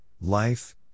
life